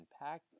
impact